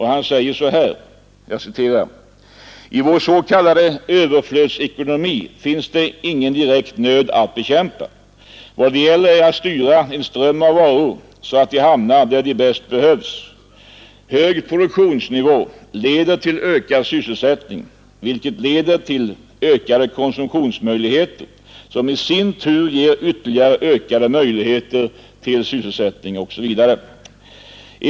Han säger: ”I vår s.k. överflödsekonomi finns det ingen direkt nöd att bekämpa. Vad det gäller är att styra en ström av varor så att de hamnar där de bäst behövs. Hög produktionsnivå leder till ökad sysselsättning, vilket leder till ökade konsumtionsmöjligheter som i sin tur ger ytterligare ökade möjligheter till sysselsättning etc.